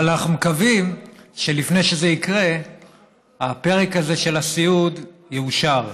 אבל אנחנו מקווים שלפני שזה יקרה הפרק הזה של הסיעוד יאושר.